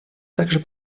также